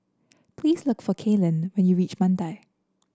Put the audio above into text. please look for Kaylynn when you reach Mandai